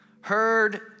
heard